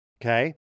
Okay